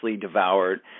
devoured